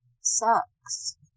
sucks